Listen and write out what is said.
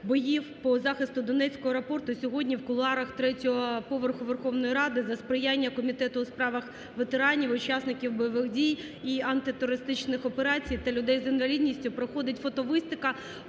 боїв по захисту Донецького аеропорту сьогодні в кулуарах третього поверху Верховної Ради за сприяння Комітету у справах ветеранів, учасників бойових дій і антитерористичних операцій та людей з інвалідністю проходить фотовиставка